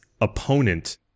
opponent